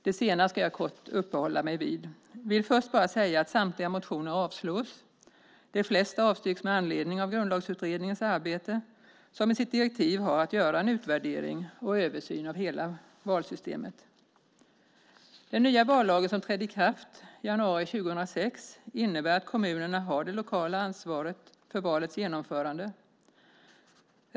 Det senare ska jag kort uppehålla mig vid. Jag vill först bara säga att samtliga motioner avstyrks. De flesta avstyrks med anledning av Grundlagsutredningens arbete som i sitt direktiv har att göra en utvärdering och översyn av hela valsystemet. Den nya vallagen som trädde i kraft i januari 2006 innebär att kommunerna har det lokala ansvaret för valets genomförande.